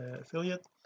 affiliate